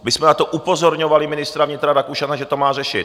My jsme na to upozorňovali ministra vnitra Rakušana, že to má řešit.